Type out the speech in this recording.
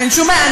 אין שום בעיה.